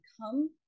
come